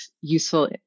useful